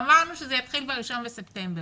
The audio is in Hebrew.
אמרנו שזה יתחיל ב-1 לספטמבר.